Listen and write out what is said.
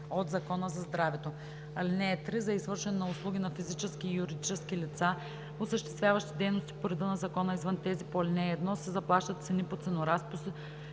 от Закона за здравето. (3) За извършване на услуги на физически и юридически лица, осъществяващи дейности по реда на закона, извън тези по ал. 1, се заплащат цени по ценоразпис,